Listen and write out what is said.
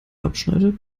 abschneidet